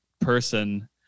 person